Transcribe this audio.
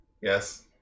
Yes